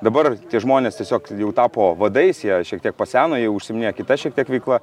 dabar tie žmonės tiesiog jau tapo vadais jei šiek tiek paseno jie užsiiminėja kita šiek tiek veikla